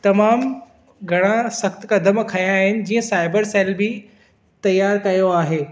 तमामु घणा सख़्त कदम खयां आहिनि जीअं साइबर सैल बि तयारु कयो आहे